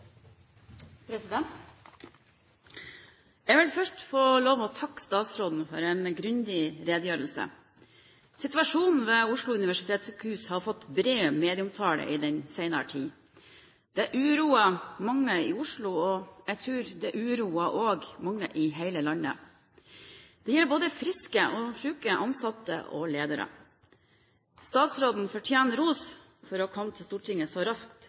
Jeg vil først få lov til å takke statsråden for en grundig redegjørelse. Situasjonen ved Oslo universitetssykehus har fått bred medieomtale i den senere tid. Det uroer mange i Oslo, og jeg tror det også uroer mange i hele landet. Det gjelder både friske og syke, ansatte og ledere. Statsråden fortjener ros for å komme til Stortinget så raskt